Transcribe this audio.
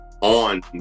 on